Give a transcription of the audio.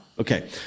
Okay